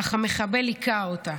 אך המחבל היכה אותה.